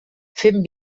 fent